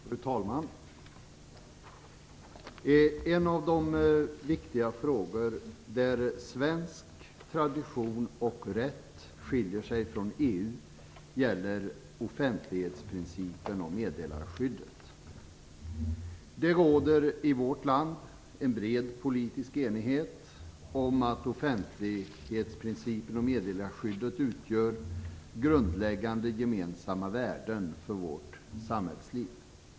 Fru talman! En av de viktiga frågor där svensk tradition och rätt skiljer sig från EU gäller offentlighetsprincipen och meddelarskyddet. Det råder i vårt land en bred politisk enighet om att offentlighetsprincipen och meddelarskyddet utgör grundläggande gemensamma värden för vårt samhällsliv.